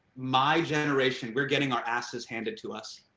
my generation, we're getting our asses hanked to us.